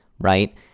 right